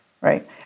right